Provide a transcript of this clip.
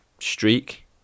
streak